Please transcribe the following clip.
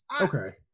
Okay